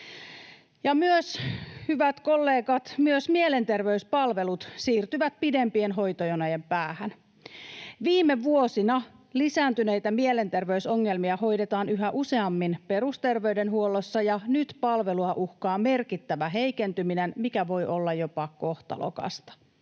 Ja, hyvät kollegat, myös mielenterveyspalvelut siirtyvät pidempien hoitojonojen päähän. Viime vuosina lisääntyneitä mielenterveysongelmia hoidetaan yhä useammin perusterveydenhuollossa, ja nyt palvelua uhkaa merkittävä heikentyminen, mikä voi olla jopa kohtalokasta.